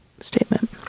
statement